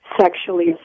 sexually